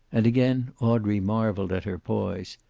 and again audrey marveled at her poise,